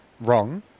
wrong